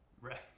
Right